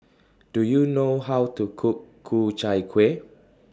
Do YOU know How to Cook Ku Chai Kuih